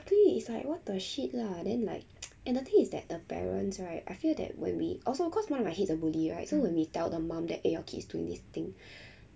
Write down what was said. exactly it's like what the shit lah then like and the thing is that the parents right I feel that when we also cause one might hits a bully right so when we tell the mum that eh your kids doing this thing